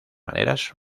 maneras